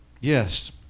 Yes